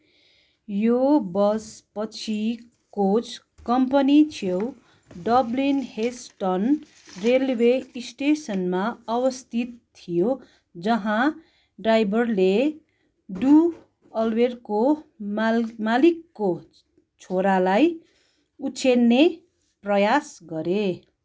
यो बस पछि कोच कम्पनीछेउ डब्लिन हेस्टन रेलवे स्टेसनमा अवस्थित थियो जहाँ ड्राइभरले डुअलवेरको माल मालिकको छोरालाई उछिन्ने प्रयास गरे